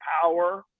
power